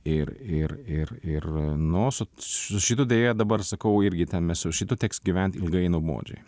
ir ir ir ir no su su šitu deja dabar sakau irgi ten nes su šitu teks gyvent ilgai i nuobodžiai